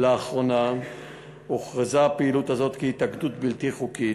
לאחרונה הוכרזה הפעילות הזאת כהתאגדות בלתי חוקית,